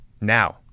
Now